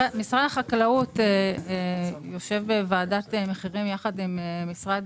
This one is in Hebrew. משרד החקלאות יושב בוועדת מחירים יחד עם משרד